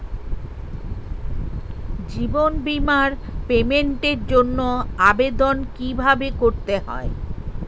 জীবন বীমার পেমেন্টের জন্য আবেদন কিভাবে করতে হয়?